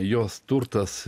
jos turtas